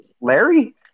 larry